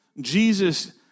Jesus